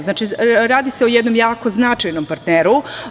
Znači, radi se o jednom jako značajnom partneru.